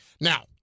Now